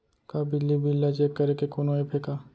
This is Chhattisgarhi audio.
का बिजली बिल ल चेक करे के कोनो ऐप्प हे का?